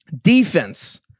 Defense